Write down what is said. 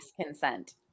consent